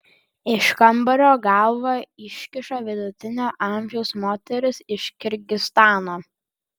iš kambario galvą iškiša vidutinio amžiaus moteris iš kirgizstano